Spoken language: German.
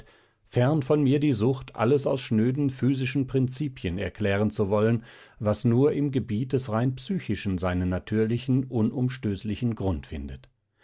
fern von mir die sucht alles aus schnöden physischen prinzipien erklären zu wollen was nur im gebiet des rein psychischen seinen natürlichen unumstößlichen grund findet